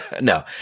No